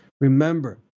Remember